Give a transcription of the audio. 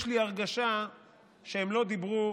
יש לי הרגשה שהם לא דיברו